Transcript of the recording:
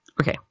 Okay